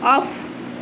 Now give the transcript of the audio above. off